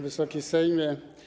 Wysoki Sejmie!